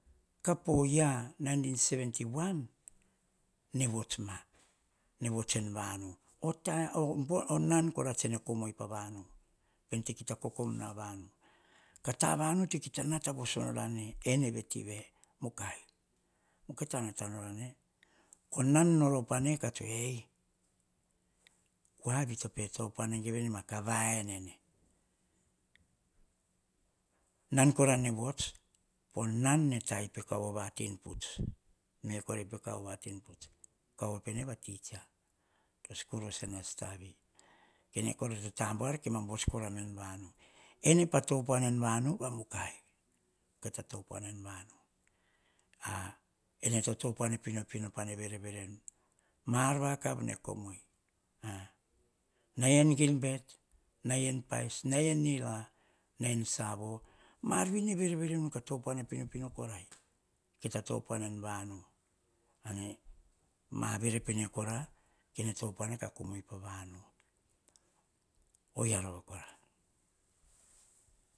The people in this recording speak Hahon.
Ka po year nineteen seventy one, nene vuts ma, ne vuts en vanu, nan kora tse kom ei pa vanu, pene to kita kokom nu a vanu. Ka tavanu, to kita nata voso nor ene ve teve, mukai, mukai to nata nor ame, o nom nor op ne ka tsoer "e" kua vi to pe topuana gevenema ka va en ene. Nom kora nene vuts, o nan nene ta hi pe kaovo va tinputz, me korai pe kaovo va tinputz kaovo pene a teacher. Sikur voso en asitavi kene kora to ta buar kemam vuts eme ee vanu. Ene pa topuana en vanu va mukai. Kita topuana en vanu, ene to topuuana pinopino pa nene verevere nu. Ma ar vakav ne kom ei, nai en gibet, nai en pais, nai en nira, nai savo, ma ar veri, nene verevere pinopino nu ka topuana pinopino korai. Kita topuana en vanu. Ma vere pene kor, kene kom ei pa vanu. Oiya rova kora.